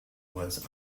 was